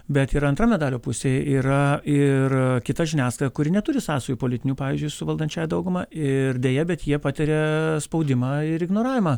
bet yra antra medalio pusė yra ir kita žiniasklaida kuri neturi sąsajų politinių pavyzdžiui su valdančiąja dauguma ir deja bet jie patiria spaudimą ir ignoravimą